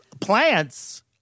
plants